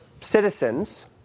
citizens